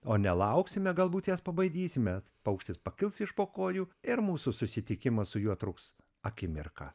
o nelauksime galbūt jas pabaidysime paukštis pakils iš po kojų ir mūsų susitikimas su juo truks akimirką